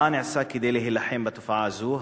2. מה נעשה כדי להילחם בתופעה זו?